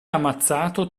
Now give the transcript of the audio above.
ammazzato